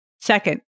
Second